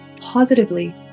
positively